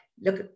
look